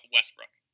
Westbrook